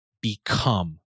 become